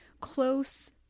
close